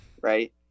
right